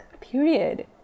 period